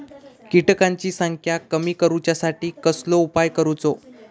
किटकांची संख्या कमी करुच्यासाठी कसलो उपाय करूचो?